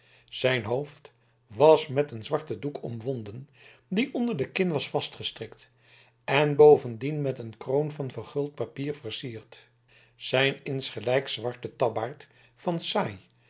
zijn hoofd was met een zwarten doek omwonden die onder de kin was vastgestrikt en bovendien met een kroon van verguld papier versierd zijn insgelijks zwarte tabbaard van saai